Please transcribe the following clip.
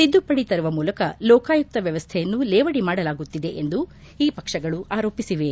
ತಿದ್ದುಪಡಿ ತರುವ ಮೂಲಕ ಲೋಕಾಯುಕ್ತ ವ್ಯವಸ್ಥೆಯನ್ನು ಲೇವಡಿ ಮಾಡಲಾಗುತ್ತಿದೆ ಎಂದು ಈ ಪಕ್ಷಗಳು ಆರೋಪಿಸಿವೆ